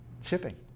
shipping